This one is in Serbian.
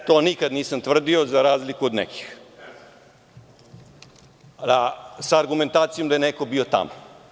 To nikad nisam tvrdio, za razliku od nekih sa argumentacijom da je neko bio tamo.